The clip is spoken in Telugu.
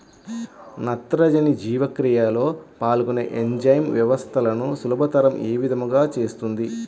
నత్రజని జీవక్రియలో పాల్గొనే ఎంజైమ్ వ్యవస్థలను సులభతరం ఏ విధముగా చేస్తుంది?